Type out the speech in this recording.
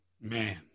Man